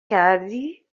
کردی